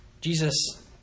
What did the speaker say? Jesus